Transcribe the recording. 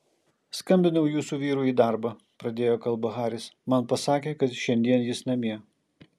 skambinau jūsų vyrui į darbą pradėjo kalbą haris man pasakė kad šiandien jis namie